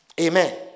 Amen